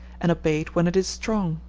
and obeyed when it is strong.